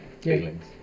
feelings